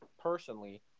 Personally